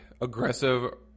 aggressive